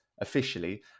officially